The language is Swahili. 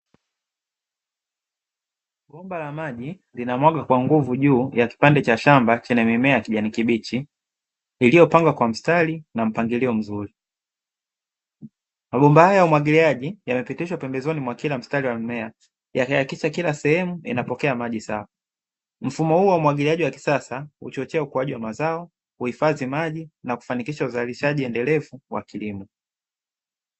Bomba la maji linamwaga kwa nguvu juu ya kipande cha shamba chenye mimea ya kijani kibichi iliyopandwa kwa mstari na mpangilio mzuri. Mabomba haya ya umwagiliaji yamepitishwa pembezoni mwa kila mstari wa mmea, yakihakikisha kila sehemu inapokea maji sawa. Mfumo huo wa umwagiliaji wa kisasa huchochea ukuaji wa mazao, huhifadhi maji na kufanikisha uzalishaji endelevu wa kilimo.